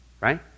right